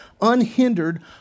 unhindered